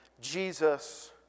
Jesus